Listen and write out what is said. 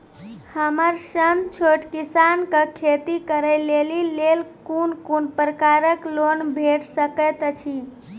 हमर सन छोट किसान कअ खेती करै लेली लेल कून कून प्रकारक लोन भेट सकैत अछि?